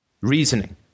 reasoning